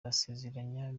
nasezeranye